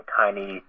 tiny